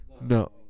No